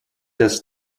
does